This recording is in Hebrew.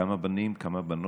כמה בנים וכמה בנות?